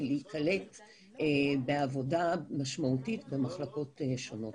ונתחדשה בשעה 11:00.) נפתח את הדיון שוב פעם,